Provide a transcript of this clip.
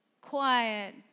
quiet